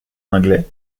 anglais